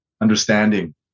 understanding